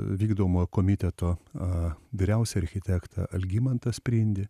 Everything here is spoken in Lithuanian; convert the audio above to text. vykdomojo komiteto vyriausią architektą algimantą sprindį